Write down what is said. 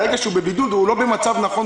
ברגע שהוא בבידוד הוא לא במצב נכון,